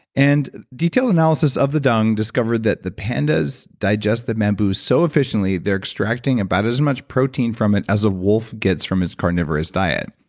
and detailed analysis of the dung discovered that the pandas digest the bamboo so efficiently, they're extracting about as much protein from it as a wolf gets from his carnivorous diet.